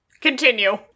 Continue